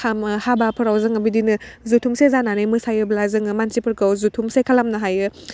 खामो हाबाफोराव जोङो बिदिनो जथुमसे जानानै मोसायोब्ला जोङो मानसिफोरखौ जुथुमसे खालामनो हायो